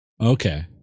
Okay